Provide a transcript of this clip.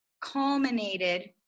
culminated